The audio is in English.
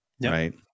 Right